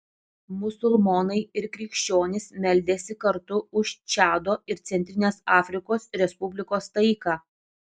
musulmonai ir krikščionys meldėsi kartu už čado ir centrinės afrikos respublikos taiką